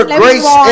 grace